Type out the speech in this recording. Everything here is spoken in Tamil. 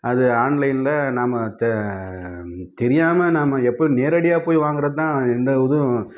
அது ஆன்லைனில் நாம் தெ தெரியாமல் நாம் எப்ப நேரடியாக போயி வாங்குறது தான் எந்த இதுவும்